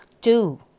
two